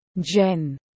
Jen